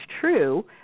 true